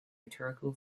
rhetorical